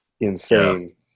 insane